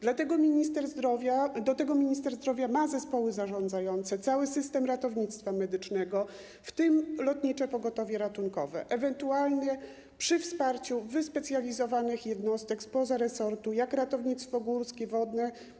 Do tego minister zdrowia ma zespoły zarządzające, cały system ratownictwa medycznego, w tym Lotnicze Pogotowie Ratunkowe, ewentualnie przy wsparciu wyspecjalizowanych jednostek spoza resortu, jak ratownictwo górskie, wodne.